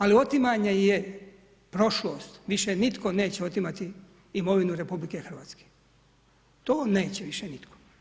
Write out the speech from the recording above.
Ali otimanje je prošlost, više nitko neće otimati imovinu RH, to neće više nitko.